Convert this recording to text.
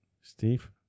Steve